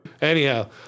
Anyhow